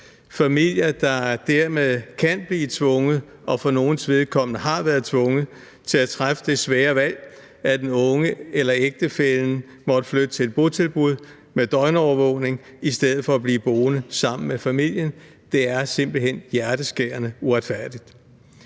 familier, der dermed kan blive tvunget og for nogles vedkommende har været tvunget til at træffe det svære valg, at den unge eller ægtefællen måtte flytte til et botilbud med døgnovervågning i stedet for at blive boende sammen med familien. Det er simpelt hen hjerteskærende uretfærdigt.